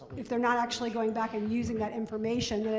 if they're not actually going back and using that information,